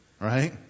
right